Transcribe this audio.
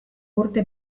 urte